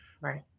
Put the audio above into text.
Right